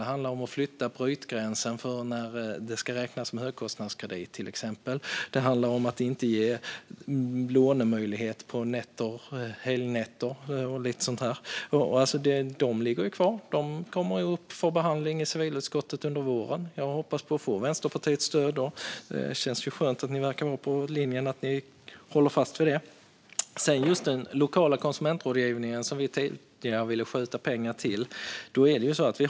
Det handlar till exempel om att flytta brytgränsen för när det ska räknas som högkostnadskredit. Det handlar om att inte ge lånemöjligheter på helgnätter och så vidare. Dessa förslag ligger kvar och kommer att tas upp till behandling i civilutskottet under våren. Jag hoppas att jag får Vänsterpartiets stöd då. Det känns skönt att ni verkar vara på den linjen att ni håller fast vid det. Vi ville tidigare skjuta pengar till den lokala konsumentrådgivningen.